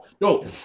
no